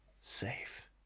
safe